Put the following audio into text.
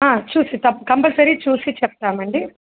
చూసి త కంపల్సరీ చూసి చెప్తామండి